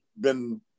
been-